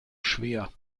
schwer